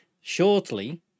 shortly